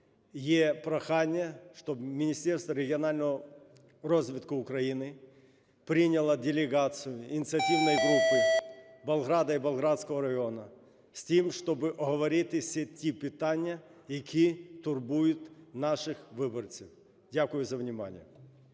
Є прохання, щоб Міністерство регіонального розвитку України прийняло делегацію ініціативної групи Болграда і Болградського району, з тим щоб оговорити всі ті питання, які турбують наших виборців. Дякую за